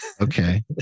Okay